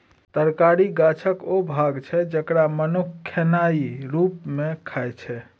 तरकारी गाछक ओ भाग छै जकरा मनुख खेनाइ रुप मे खाइ छै